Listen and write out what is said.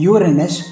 Uranus